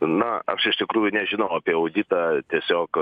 na aš iš tikrųjų nežinau apie auditą tiesiog